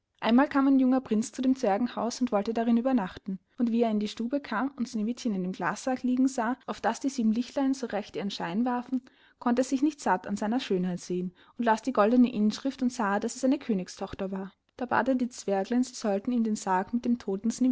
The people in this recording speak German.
einmal kam ein junger prinz zu dem zwergenhaus und wollte darin übernachten und wie er in die stube kam und sneewittchen in dem glassarg liegen sah auf das die sieben lichtlein so recht ihren schein warfen konnt er sich nicht satt an seiner schönheit sehen und las die goldene inschrift und sah daß es eine königstochter war da bat er die zwerglein sie sollten ihm den sarg mit dem